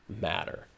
matter